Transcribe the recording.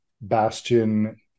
Bastion